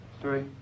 Three